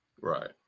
right